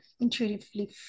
intuitively